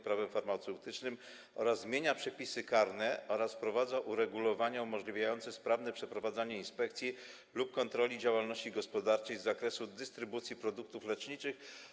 Prawem farmaceutycznym, zmienia przepisy karne oraz wprowadza uregulowania umożliwiające sprawne przeprowadzanie inspekcji lub kontroli działalności gospodarczej z zakresu dystrybucji produktów leczniczych.